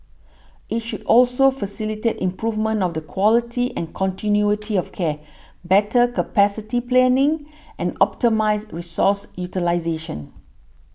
it should also facilitate improvement of the quality and continuity of care better capacity planning and optimise resource utilisation